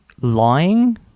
lying